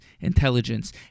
intelligence